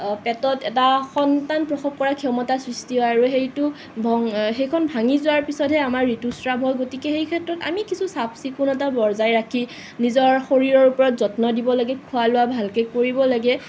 পেটত এটা সন্তান প্ৰসৱ কৰা ক্ষমতা সৃষ্টি হয় আৰু সেইটো সেইখন ভাঙি যোৱাৰ পিছতহে আমাৰ ঋতুস্ৰাৱ হয় গতিকে সেই ক্ষেত্ৰত আমি কিছু চাফ চিকুণতা বজাই ৰাখি নিজৰ শৰীৰৰ ওপৰত যত্ন দিব লাগে খোৱা লোৱা ভালকে কৰিব লাগে